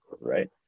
right